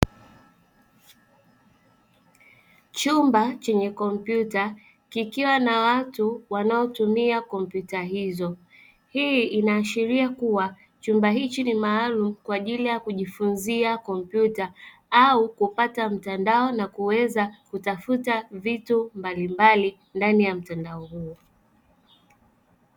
Chumba chenye kompyuta kikiwa na watu wanaotumia kompyuta hizo hii inaashiria kuwa chumba hichi ni maalumu kwa ajili ya kujifunzia kompyuta au kupata mtandao na kuweza kutafta vitu mbalimbali ndani ya mtandao huo.